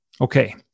Okay